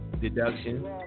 deduction